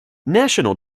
national